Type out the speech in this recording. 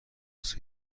غصه